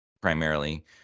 primarily